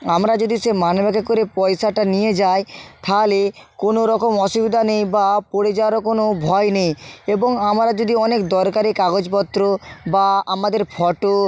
আমরা যদি সে মানি ব্যাগে করে পয়সাটা নিয়ে যাই তাহালে কোনো রকম অসুবিধা নেই না পড়ে যাওয়ারও কোনো ভয় নেই এবং আমরা যদি অনেক দরকারি কাগজপত্র বা আমাদের ফটো